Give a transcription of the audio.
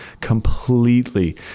completely